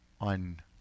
on